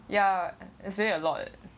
ya it's really a lot